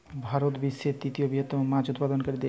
ভারত বিশ্বের তৃতীয় বৃহত্তম মাছ উৎপাদনকারী দেশ